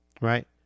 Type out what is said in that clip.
right